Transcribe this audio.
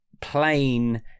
plain